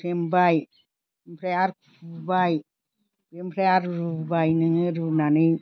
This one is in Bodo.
हुख्रेमबाय ओमफ्राय आर फुबाय ओमफ्राय आर रुबाय नोङो रुनानै